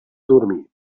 dormir